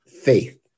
faith